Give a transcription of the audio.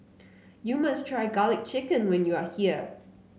you must try garlic chicken when you are here